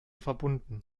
verbunden